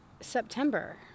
september